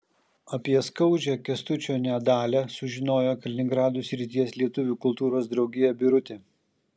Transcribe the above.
apie skaudžią kęstučio nedalią sužinojo kaliningrado srities lietuvių kultūros draugija birutė